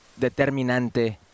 determinante